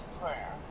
Prayer